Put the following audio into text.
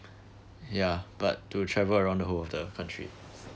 ya but to travel around the whole of the country